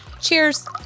Cheers